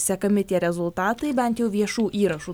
sekami tie rezultatai bent jau viešų įrašų